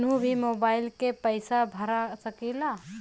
कन्हू भी मोबाइल के पैसा भरा सकीला?